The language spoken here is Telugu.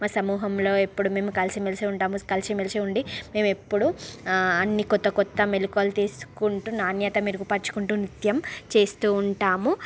మా సమూహంలో ఎప్పుడు మేము కలిసి మెలిసి ఉంటాము కలిసి మెలిసి ఉండి మేము ఎప్పుడు అన్ని కొత్త కొత్త మెలుకవులు తీసుకుంటు నాణ్యత మెరుగుపరుచుకుంటూ నృత్యం చేస్తూ ఉంటాము